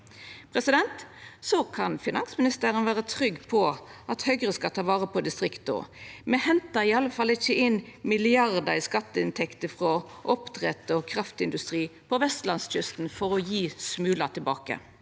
føreslår. Finansministeren kan òg vera trygg på at Høgre skal ta vare på distrikta. Me hentar i alle fall ikkje inn milliardar i skatteinntekter frå oppdrett og kraftindustri på vestlandskysten for å gje smular tilbake.